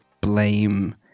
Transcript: blame